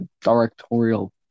directorial